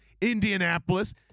Indianapolis